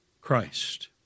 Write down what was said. Christ